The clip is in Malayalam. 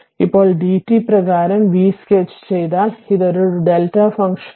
ഇപ്പോൾ d t പ്രകാരം v സ്കെച്ച് ചെയ്താൽ അത് ഒരു Δ ഫംഗ്ഷനാണ്